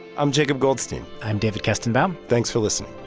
i'm jacob goldstein i'm david kestenbaum thanks for listening